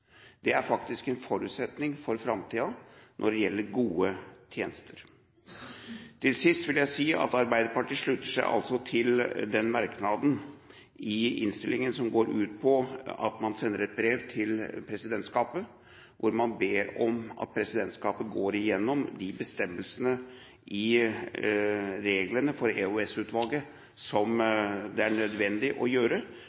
Det er faktisk en forutsetning for framtiden når det gjelder gode tjenester. Til sist vil jeg si at Arbeiderpartiet slutter seg til den merknaden i innstillingen som går ut på at man sender et brev til presidentskapet, hvor man ber om at presidentskapet går gjennom de bestemmelsene i reglene for